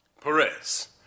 Perez